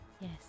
Yes